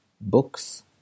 books